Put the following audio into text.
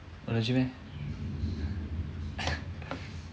!huh! legit meh